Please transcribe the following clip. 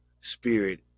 spirit